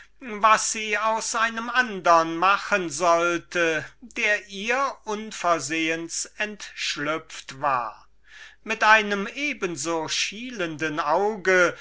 was sie aus einem andern machen sollte der ihr unversehens entschlüpft war mit einem eben so schielenden auge